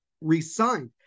re-signed